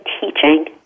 teaching